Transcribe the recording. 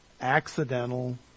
accidental